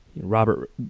Robert